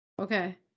Okay